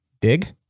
Dig